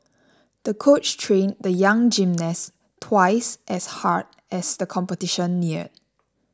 the coach trained the young gymnast twice as hard as the competition neared